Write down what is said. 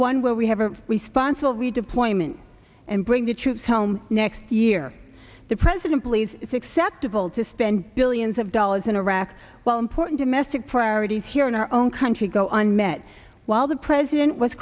one where we have a responsible redeployment and bring the troops home next year the president believes it's acceptable to spend billions of dollars in iraq while important domestic priorities here in our own country go unmet while the president was